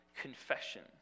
confession